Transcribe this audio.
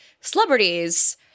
celebrities